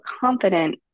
confident